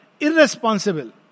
Irresponsible